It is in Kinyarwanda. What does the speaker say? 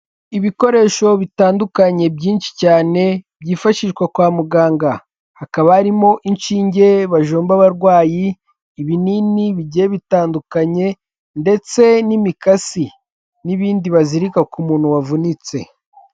Ibikoresho bitandukanye byinshi cyane byifashishwa kwa muganga hakaba harimo inshinge bajomba abarwayi, ibinini bigiye bitandukanye ndetse n'imikasi n'ibindi bazirika ku muntu wavunitse.